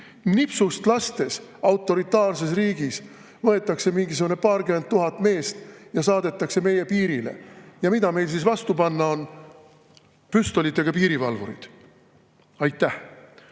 Nipsu lastes võetakse autoritaarses riigis mingisugune paarkümmend tuhat meest ja saadetakse meie piirile. Ja mida meil on vastu panna? Püstolitega piirivalvurid. Aitäh!